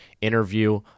interview